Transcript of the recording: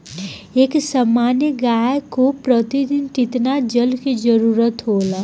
एक सामान्य गाय को प्रतिदिन कितना जल के जरुरत होला?